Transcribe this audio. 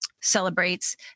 celebrates